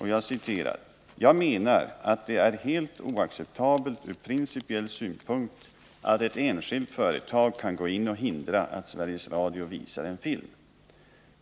Han sade: ”Jag menar att det är helt oacceptabelt ur principiell synpunkt att ett enskilt företag kan gå in och hindra att Sveriges Radio visar en film.